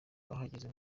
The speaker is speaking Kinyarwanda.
bahageze